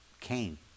came